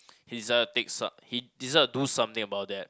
he's a he deserved to do something about that